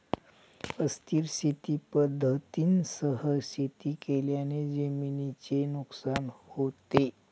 अस्थिर शेती पद्धतींसह शेती केल्याने जमिनीचे नुकसान होते